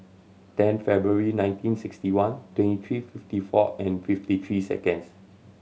ten February nineteen sixty one twenty three fifty four and fifty three seconds